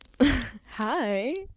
Hi